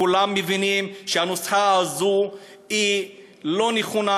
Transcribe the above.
כולם מבינים שהנוסחה הזאת היא לא נכונה,